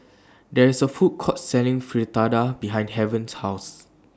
There IS A Food Court Selling Fritada behind Haven's House